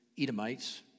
Edomites